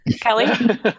Kelly